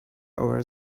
over